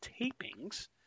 tapings